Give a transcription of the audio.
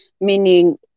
meaning